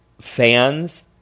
Fans